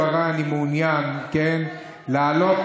לכן אני מבקש לשים לב ולא להישמע להוראות